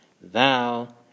thou